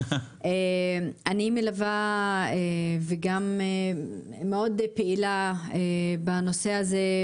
אני מלווה וגם פעילה מאוד בנושא הזה,